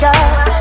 God